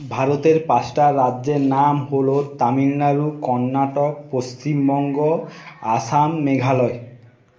ভারতের পাঁচটা রাজ্যের নাম হল তামিলনাড়ু কর্ণাটক পশ্চিমবঙ্গ আসাম মেঘালয়